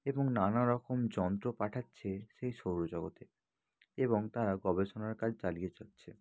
এবং নানারকম যন্ত্র পাঠাচ্ছে সেই সৌরজগতে এবং তারা গবেষণার কাজ চালিয়ে যাচ্ছে